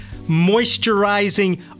moisturizing